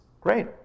Great